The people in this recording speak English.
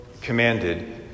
commanded